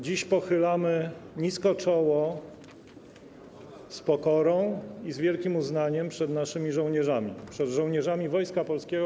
Dziś pochylamy nisko czoło, z pokorą i z wielkim uznaniem, przed naszymi żołnierzami, przed żołnierzami Wojska Polskiego.